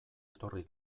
etorri